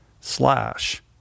slash